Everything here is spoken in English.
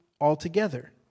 altogether